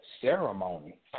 ceremony